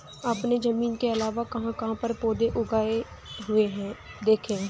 आपने जमीन के अलावा कहाँ कहाँ पर पौधे उगे हुए देखे हैं?